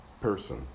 person